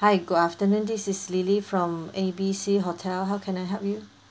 hi good afternoon this is lily from A B C hotel how can I help you